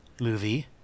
movie